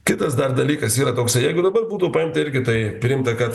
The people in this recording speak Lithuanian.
kitas dar dalykas yra toksai jeigu dabar būtų paimta irgi tai priimta kad